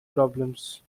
problems